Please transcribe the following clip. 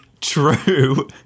True